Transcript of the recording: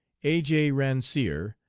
a. j. ransier,